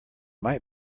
might